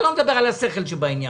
אני לא מדבר על השכל שבעניין.